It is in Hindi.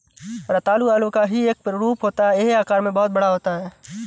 रतालू आलू का ही एक रूप होता है यह आकार में बहुत बड़ा होता है